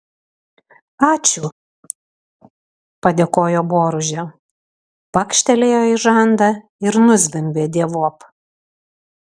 ačiū padėkojo boružė pakštelėjo į žandą ir nuzvimbė dievop